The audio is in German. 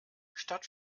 statt